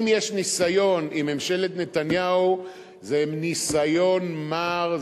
אם יש ניסיון עם ממשלת נתניהו זה ניסיון מר,